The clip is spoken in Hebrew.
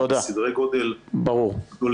שהיא בסדרי גודל גדולים